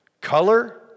color